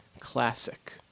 classic